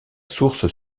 source